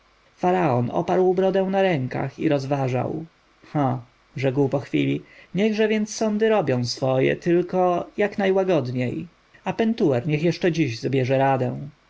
oparł brodę na rękach i rozważał ha rzekł po chwili niechże więc sądy robią swoje tylko jak najłagodniej a pentuer niech jeszcze dziś zbierze radę